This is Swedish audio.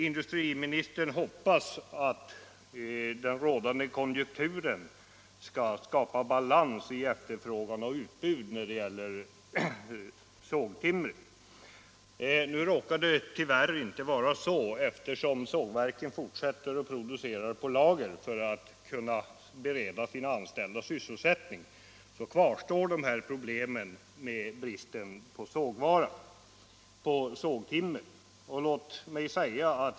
Industriministern hoppas att den rådande konjunkturen skall skapa balans i efterfrågan och utbud när det gäller sågtimret. Nu råkar det tyvärr inte vara så, eftersom sågverken fortsätter att producera på lager för att kunna bereda sina anställda sysselsättning, och då kvarstår problemet med bristen på sågtimmer.